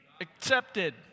accepted